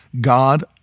God